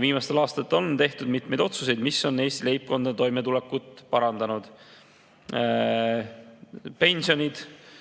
Viimastel aastatel on tehtud mitmeid otsuseid, mis on Eesti leibkondade toimetulekut parandanud. Pensionid